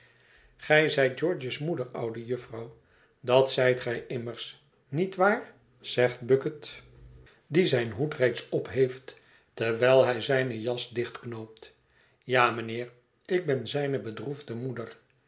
gij zijt george's moeder oude jufvrouw dat zijt gij immers niet waar zegt bucket bet verlaten huis die zijn hoed reeds opheeft terwijl hij zijne jas dichtknoopt ja mijnheer ik ben zijne bedroefde moeder